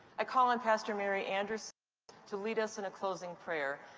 i call on pastor mary anderson to lead us in a closing prayer.